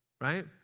right